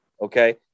okay